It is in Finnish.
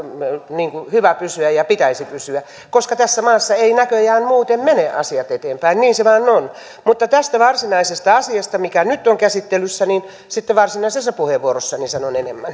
hyvä pysyä ja pitäisi pysyä koska tässä maassa eivät näköjään muuten mene asiat eteenpäin niin se vain on mutta tästä varsinaisesta asiasta mikä nyt on käsittelyssä sitten varsinaisessa puheenvuorossani sanon enemmän